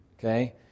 Okay